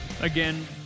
Again